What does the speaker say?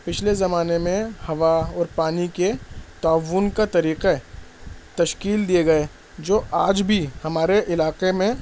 پچھلے زمانے میں ہوا اور پانی کے تعاون کا طریقے تشکیل دیے گئے جو آج بھی ہمارے علاقے میں